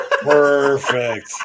Perfect